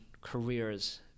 careers